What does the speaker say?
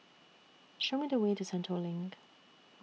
Show Me The Way to Sentul LINK